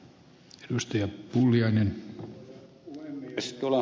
arvoisa puhemies